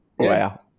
Wow